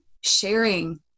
sharing